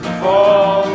fall